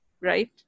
right